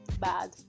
bad